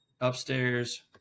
upstairs